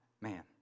man